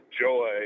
joy